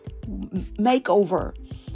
makeover